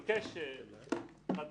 אחת